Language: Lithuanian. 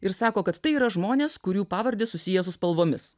ir sako kad tai yra žmonės kurių pavardės susiję su spalvomis